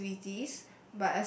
activities